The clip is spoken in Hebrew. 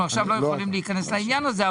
אנחנו עכשיו לא יכולים להיכנס לעניין הזה.